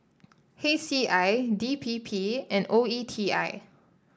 H C I D P P and O E T I